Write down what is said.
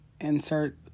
insert